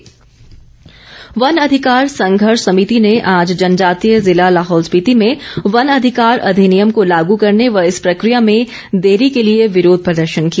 one अधिकार वन अधिकार संघर्ष समिति ने आज जनजातीय जिला लाहौल स्पीति में वन अधिकार अधिनियम को लागू करने व इस प्रक्रिया में देरी के लिए विरोध प्रदर्शन किया